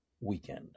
weekend